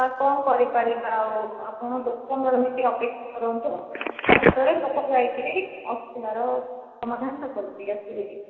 ଆଉ କଣ କରିପାରିବା ଆଉ ଆପଣ ଦଶ ପନ୍ଦର ମିନିଟ ଅପେକ୍ଷା କରନ୍ତୁ ତା ଭିତରେ ଲୋକ ଯାଇକରି ଅସୁବିଧାର ସମାଧାନ କରିଦେଇ ଆସିବେ